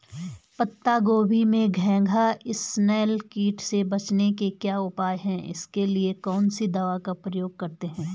पत्ता गोभी में घैंघा इसनैल कीट से बचने के क्या उपाय हैं इसके लिए कौन सी दवा का प्रयोग करते हैं?